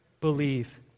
believe